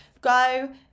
go